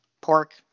pork